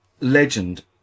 legend